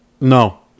No